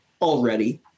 already